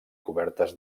cobertes